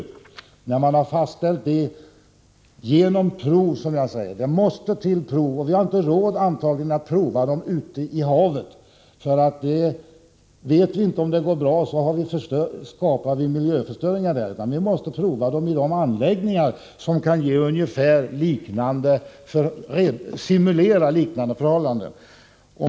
Detta måste fastställas genom prov, och vi har antagligen inte råd att göra prov ute i havet. Skulle ett sådant prov misslyckas skapar vi miljöförstöringar. Vi måste alltså prova länsorna i anläggningar där man kan simulera liknande förhållanden.